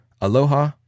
Aloha